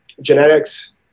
genetics